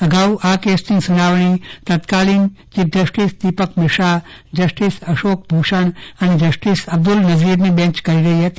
અગાઉ આ કેસની સુનાવણી તત્કાલીન chief justice Deepak Mishra justice Ashok Bhushan અને જસ્ટિસ અબ્દુલ નઝીરની બેંચ કરી રહી હતી